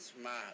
smart